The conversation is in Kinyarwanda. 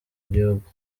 gihugu